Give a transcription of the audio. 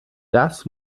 das